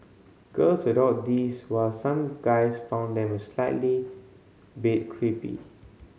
girls adored these while some guys found them a slightly bit creepy